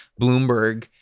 Bloomberg